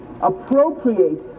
appropriate